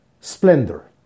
Splendor